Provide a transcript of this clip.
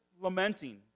lamenting